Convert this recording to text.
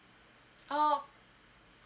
oh